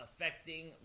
affecting